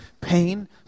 pain